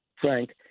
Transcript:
Frank